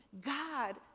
God